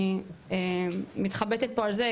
אני מתחבטת פה על זה.